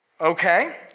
Okay